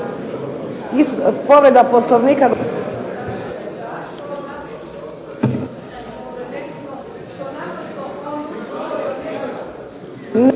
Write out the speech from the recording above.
Povreda Poslovnika